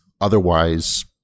otherwise